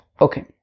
Okay